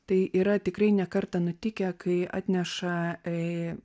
tai yra tikrai ne kartą nutikę kai atneša į